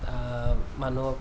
মানুহক